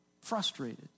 Frustrated